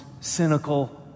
cynical